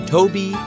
Toby